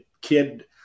kid